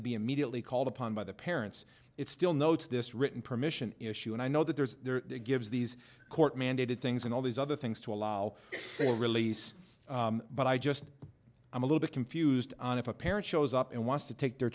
to be immediately called upon by the parents it's still notes this written permission issue and i know that there's gives these court mandated things and all these other things to allow for release but i just i'm a little bit confused on if a parent shows up and wants to take their